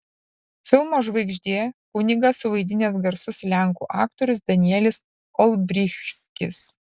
filmo žvaigždė kunigą suvaidinęs garsus lenkų aktorius danielis olbrychskis